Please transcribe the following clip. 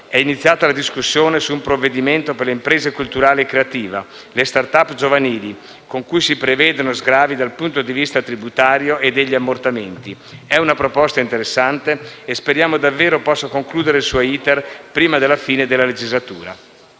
è iniziata la discussione su un provvedimento per le imprese culturali e creative, le *start up* giovanili, con cui si prevedono sgravi dal punto di vista tributario e degli ammortamenti. È una proposta interessante e speriamo davvero possa concludere il suo *iter* prima della fine della legislatura.